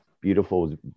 beautiful